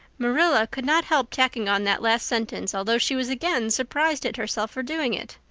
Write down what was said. marilla could not help tacking on that last sentence, although she was again surprised at herself for doing it.